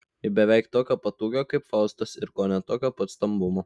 ji beveik tokio pat ūgio kaip faustas ir kone tokio pat stambumo